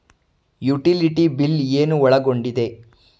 Utility bill ಏನು ಒಳಗೊಂಡಿದೆ?